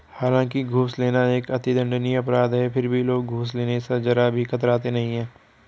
हालांकि घूस लेना एक अति दंडनीय अपराध है फिर भी लोग घूस लेने स जरा भी कतराते नहीं है